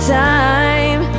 time